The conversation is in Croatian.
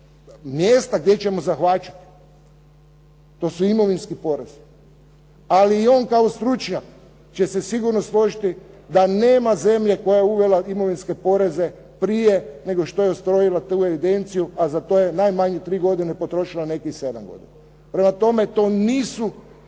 se ne razumije./… to su imovinski porezi. Ali i on kao stručnjak će se sigurno složiti da nema zemlje koja je uvela imovinske poreze prije nego što je ustrojila tu evidenciju a za to je najmanje u tri godine potrošila nekih 7 godina. Prema tome to nisu